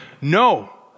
no